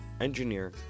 engineer